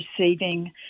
receiving